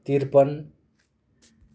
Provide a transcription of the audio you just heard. त्रिपन्न